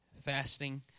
fasting